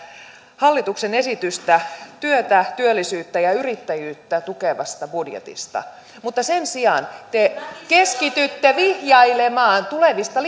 hallituksen esitystä työtä työllisyyttä ja yrittäjyyttä tukevasta budjetista mutta sen sijaan te keskitytte vihjailemaan tulevista